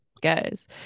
guys